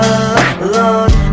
alone